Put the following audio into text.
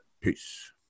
Peace